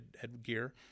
headgear